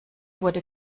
wurde